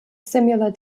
similar